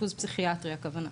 אשפוז פסיכיאטרי הכוונה.